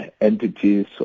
entities